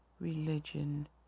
religion